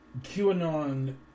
QAnon